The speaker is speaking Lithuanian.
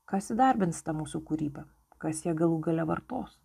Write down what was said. kas įdarbins tą mūsų kūrybą kas ją galų gale vartos